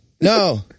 No